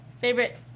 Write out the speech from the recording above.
Favorite